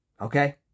Okay